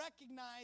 recognize